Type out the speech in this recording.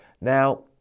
Now